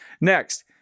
Next